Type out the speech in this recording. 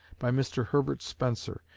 by mr herbert spencer,